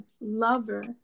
lover